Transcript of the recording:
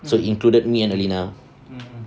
so included me and alina